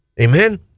Amen